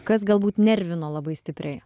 kas galbūt nervino labai stipriai